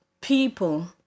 people